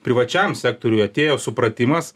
privačiam sektoriui atėjo supratimas